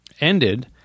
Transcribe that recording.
ended